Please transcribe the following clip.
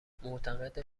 معتقده